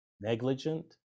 negligent